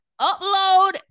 upload